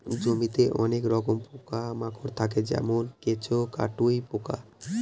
জমিতে অনেক রকমের পোকা মাকড় থাকে যেমন কেঁচো, কাটুই পোকা